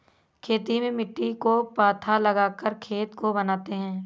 खेती में मिट्टी को पाथा लगाकर खेत को बनाते हैं?